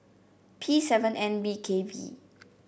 P seven N B K V